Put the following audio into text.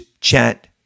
chat